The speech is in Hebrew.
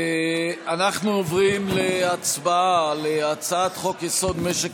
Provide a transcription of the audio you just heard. אנחנו עוברים להצבעה על הצעת חוק-יסוד: משק